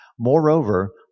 Moreover